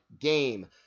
game